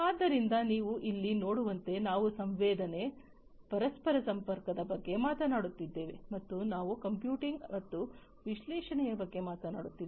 ಆದ್ದರಿಂದ ನೀವು ಇಲ್ಲಿ ನೋಡುವಂತೆ ನಾವು ಸಂವೇದನೆ ಪರಸ್ಪರ ಸಂಪರ್ಕದ ಬಗ್ಗೆ ಮಾತನಾಡುತ್ತಿದ್ದೇವೆ ಮತ್ತು ನಾವು ಕಂಪ್ಯೂಟಿಂಗ್ ಮತ್ತು ವಿಶ್ಲೇಷಣೆಯ ಬಗ್ಗೆ ಮಾತನಾಡುತ್ತಿದ್ದೇವೆ